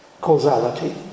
causality